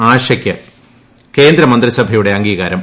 ആഷയ്ക്ക് കേന്ദ്രമന്ത്രിസഭയുടെ അംഗീകാരം